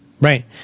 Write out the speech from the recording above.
Right